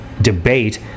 debate